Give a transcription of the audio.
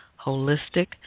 Holistic